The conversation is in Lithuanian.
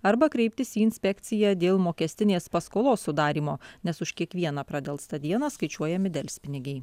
arba kreiptis į inspekciją dėl mokestinės paskolos sudarymo nes už kiekvieną pradelstą dieną skaičiuojami delspinigiai